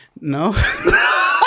No